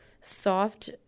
soft